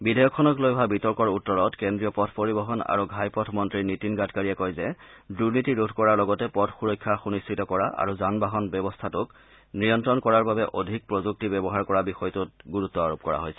বিধেয়কখনক লৈ হোৱা বিতৰ্কৰ উত্তৰত কেন্দ্ৰীয় পথ পৰিবহণ আৰু ঘাইপথ মন্ত্ৰী নীতিন গাডকাৰীয়ে কয় যে দুনীতি ৰোধ কৰাৰ লগতে পথ সুৰক্ষা সুনিশ্চিত কৰা আৰু যান বাহন ব্যৱস্থাটোক নিয়ন্ত্ৰণ কৰাৰ বাবে অধিক প্ৰযুক্তি ব্যৱহাৰ কৰাৰ বিষয়টোত গুৰুত্ব আৰোপ কৰা হৈছে